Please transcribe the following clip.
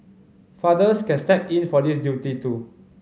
fathers can step in for this duty too